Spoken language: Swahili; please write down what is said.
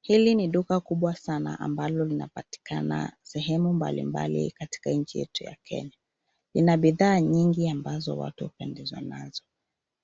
Hili ni duka kubwa sana ambalo linapatikana sehemu mbalimbali katika nchi yetu ya Kenya. Ina bidhaa nyingi ambazo watu hupendezwa nazo